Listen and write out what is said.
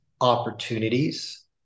opportunities